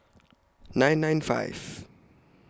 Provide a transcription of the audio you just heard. nine nine five